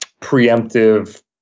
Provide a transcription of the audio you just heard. preemptive